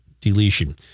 deletion